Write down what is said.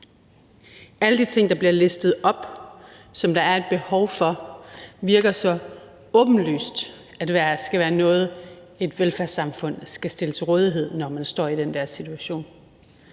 Alle de ting, der bliver listet op, som der er behov for, virker så åbenlyst skal være noget, et velfærdssamfund skal stille til rådighed, når man står i den situation.